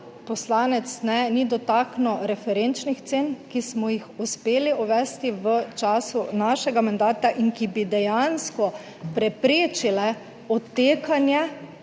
poslanec ni dotaknil referenčnih cen, ki smo jih uspeli uvesti v času našega mandata in ki bi dejansko preprečile odtekanje